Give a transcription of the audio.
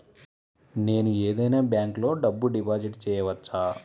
నేను ఏదైనా బ్యాంక్లో డబ్బు డిపాజిట్ చేయవచ్చా?